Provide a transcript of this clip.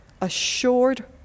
assured